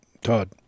Todd